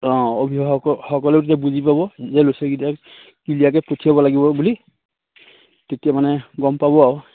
অঁ অভিভাৱক সকলেও তেতিয়া বুজি পাব যে ল'চলাকিটা কিলীয়াৰকে পঠিয়াব লাগিব বুলি তেতিয়া মানে গম পাব আৰু